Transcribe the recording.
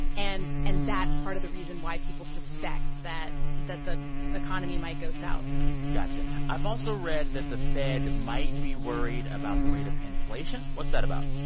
and and that's part of the reason why people suspect that that the economy might go south gotcha. i've also read that the fed might be worried about the rate of inflation. what's that about?